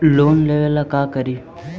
Loan लेबे ला का करि?